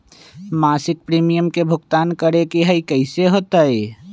मासिक प्रीमियम के भुगतान करे के हई कैसे होतई?